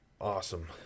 awesome